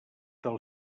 del